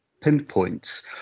pinpoints